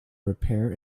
repair